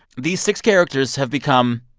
these six characters have become,